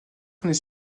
années